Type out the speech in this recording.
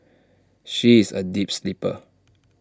she is A deep sleeper